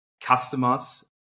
customers